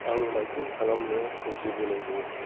आं बाइकिं खालामनो जेब्लाबो